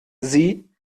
sie